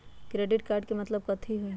Credit card के मतलब कथी होई?